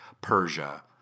Persia